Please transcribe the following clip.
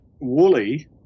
Woolly